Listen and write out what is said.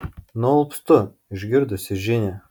nualpstu išgirdusi žinią